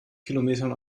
kilometern